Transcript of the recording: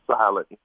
silent